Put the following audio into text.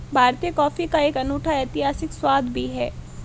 भारतीय कॉफी का एक अनूठा ऐतिहासिक स्वाद भी है